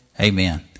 amen